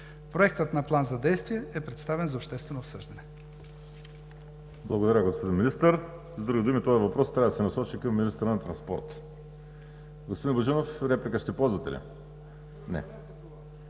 Проектът на план за действие е представен за обществено обсъждане.